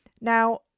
Now